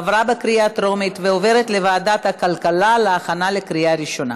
עברה בקריאה טרומית ועוברת לוועדת הכלכלה להכנה לקריאה ראשונה.